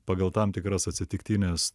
pagal tam tikras atsitiktines